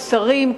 שרים.